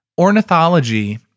Ornithology